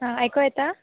आं आयकोंक येता